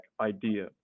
idea